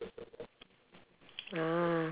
ah